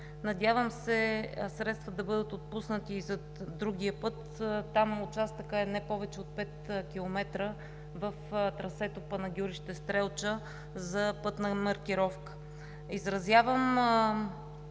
Надявам се средства да бъдат отпуснати и за другия път. Там участъкът е не повече от пет километра – в трасето Панагюрище – Стрелча, за пътна маркировка. Изразявам